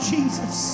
Jesus